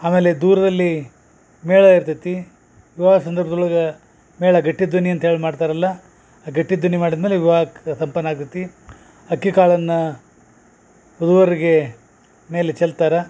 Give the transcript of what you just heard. ಆಮೇಲೆ ದೂರದಲ್ಲಿ ಮೇಳ ಇರ್ತೈತಿ ವಿವಾಹ ಸಂದರ್ಭ್ದೊಳಗ ಮೇಳ ಗಟ್ಟಿ ಧ್ವನಿ ಅಂತ್ಹೇಳಿ ಮಾಡ್ತಾರಲ್ಲ ಆ ಗಟ್ಟಿ ಧ್ವನಿ ಮಾಡಿದ ಮೇಲೆ ವಿವಾಹಕೆ ಸಂಪನ್ನ ಆಗ್ತೈತಿ ಅಕ್ಕಿ ಕಾಳನ್ನ ವಧುವರ್ರಿಗೆ ಮೇಲೆ ಚೆಲ್ತಾರ